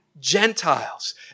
Gentiles